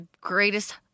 greatest